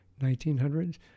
1900s